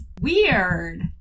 weird